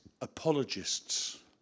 apologists